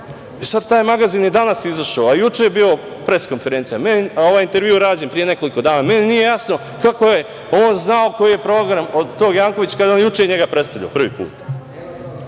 I sad taj magazin je danas izašao, a juče je bila pres-konferencija. Ovaj intervju je rađen pre nekoliko dana. Meni nije jasno kako je on znao koji program tog Jankovića, kad je on juče njega predstavljao prvi put.